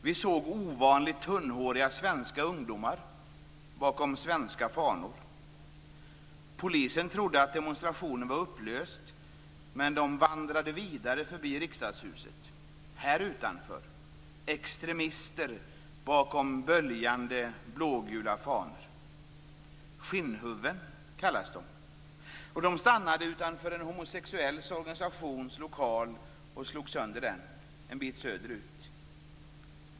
Vi såg ovanligt tunnhåriga svenska ungdomar bakom svenska fanor. Polisen trodde att demonstrationen var upplöst, men deltagarna vandrade vidare förbi riksdagshuset. Här utanför kom extremister bakom böljande blågula fanor. Skinnhuvuden kallas de. De stannade utanför en homosexuell organisations lokal en bit söderut och slog sönder den.